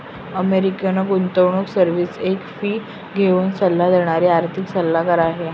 American गुंतवणूक service एक fee घेऊन सल्ला देणारी आर्थिक सल्लागार आहे